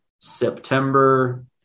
September